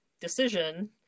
decision